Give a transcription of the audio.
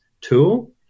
tool